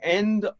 end